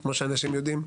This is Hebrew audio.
כמו שאנשים יודעים,